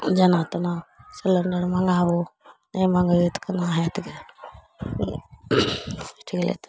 जेना तेना सिलेण्डर मँगाबू नहि मँगेबै तऽ कोना हैत गे चलू